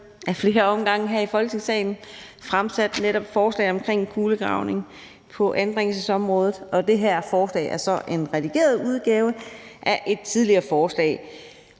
ad flere omgange her i Folketingssalen netop fremsat forslag om en kulegravning på anbringelsesområdet, og det her forslag er så en redigeret udgave af et tidligere forslag,